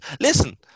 Listen